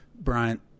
Bryant